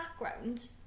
background